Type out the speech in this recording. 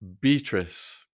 Beatrice